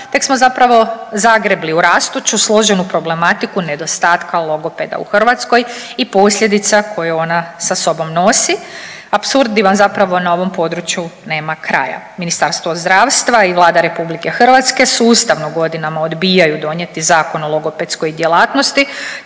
tek smo zapravo zagrebli u rastuću složenu problematiku nedostatka logopeda u Hrvatskoj i posljedica koje ona sa sobom nosi, apsurdima zapravo na ovom području nema kraja. Ministarstvo zdravstva i Vlada RH sustavno godinama odbijaju donijeti Zakon o logopedskoj djelatnosti,